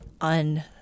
On